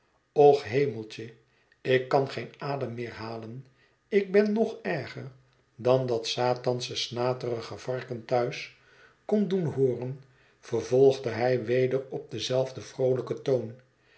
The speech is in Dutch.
och hemeltje ik kan geen adem meer halen ik ben nog erger dan dat satansche snaterige varken thuis kon doen hooren vervolgde hij weder op denzelfden vroolijken toon